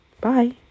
Bye